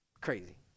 Crazy